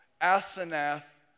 Asenath